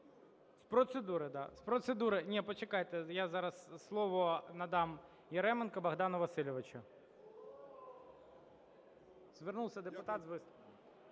з процедури… да, з процедури. Ні, почекайте я зараз слово надам Яременку Богдану Васильовичу. Звернувся депутат з виступом.